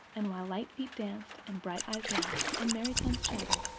and, while light feet danced and bright eyes laughed and merry tongues chattered,